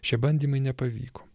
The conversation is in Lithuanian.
šie bandymai nepavyko